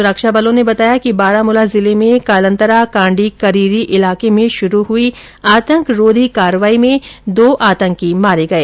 सुरक्षा बलों ने बताया कि बारामूला जिले में कालंतरा कांडी करीरी इलाके में शुरू हुई आतंकरोधी कार्रवाई में दो आतंकवादी मारे गए